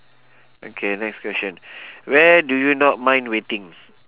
okay next question where do you not mind waiting